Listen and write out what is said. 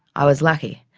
i was lucky.